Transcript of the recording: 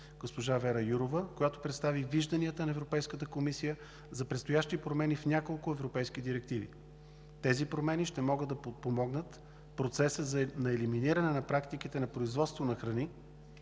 правосъдие Вера Юрова, която представи вижданията на Европейската комисия за предстоящи промени в няколко европейски директиви. Промените ще могат да подпомогнат процеса на елиминиране на практиките на производство на храни,